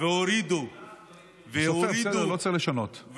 הוספנו לו בסדר, לא צריך לשנות.